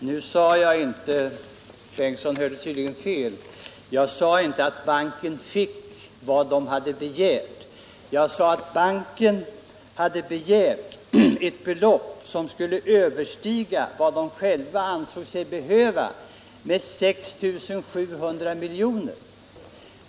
Herr talman! Jag sade inte — herr Bengtsson i Landskrona hörde tydligen fel — att banken fick vad den hade begärt. Jag sade att banken begärt ett belopp som skulle överstiga vad den själv ansåg sig behöva med 6 700 miljoner.